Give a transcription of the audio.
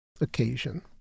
occasion